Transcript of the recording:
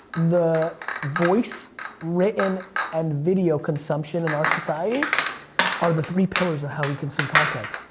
the voice written and video consumption in our society are the three pillars of how we consume content.